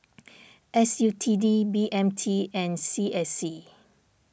S U T D B M T and C S C